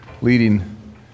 leading